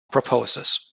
proposes